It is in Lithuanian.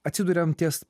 atsiduriam ties